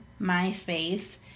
myspace